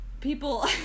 people